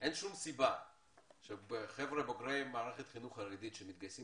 אין שום סיבה שבוגרי מערכת חינוך חרדית שמתגייסים